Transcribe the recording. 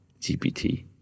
GPT